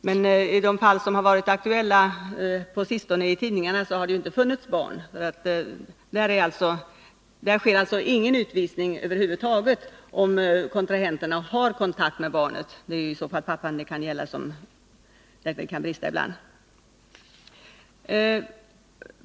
Men i de fall som varit aktuella på sistone i tidningarna har det inte funnits barn. Det sker alltså ingen utvisning över huvud taget, om kontrahenterna har kontakt med barnen — det är i så fall pappan det kan gälla där det kan brista ibland.